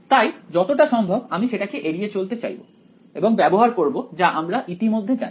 তাই যতটা সম্ভব আমি সেটাকে এড়িয়ে চলতে চাইবো এবং ব্যবহার করব যা আমরা ইতিমধ্যে জানি